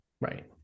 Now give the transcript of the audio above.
right